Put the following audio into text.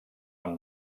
amb